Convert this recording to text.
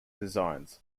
designs